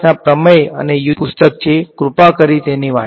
તે ખૂબ જ સરસ વાંચવા યોગ્ય પુસ્તક છે કૃપા કરીને તેને વાંચો